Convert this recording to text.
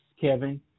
Kevin